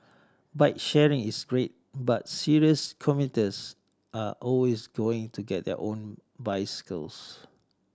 bike sharing is great but serious commuters are always going to get their own bicycles